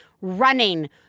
running